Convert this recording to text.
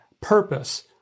purpose